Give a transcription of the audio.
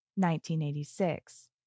1986